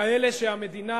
כאלה שהמדינה